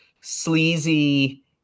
sleazy